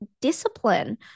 discipline